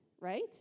right